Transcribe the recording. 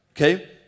okay